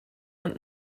und